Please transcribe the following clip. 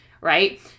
right